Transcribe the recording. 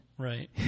Right